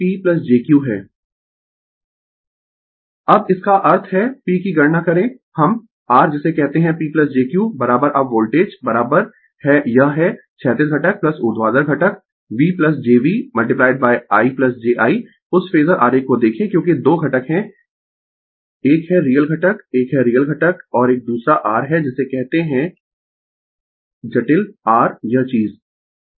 Refer Slide Time 2914 अब इसका अर्थ है P की गणना करें हम r जिसे कहते है P jQ अब वोल्टेज है यह है क्षैतिज घटक ऊर्ध्वाधर घटक V jV' i j I ' उस फेजर आरेख को देखें क्योंकि 2 घटक है एक है रियल घटक एक है रियल घटक और एक दूसरा r है जिसे कहते है जटिल r यह चीज